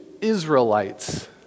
Israelites